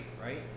right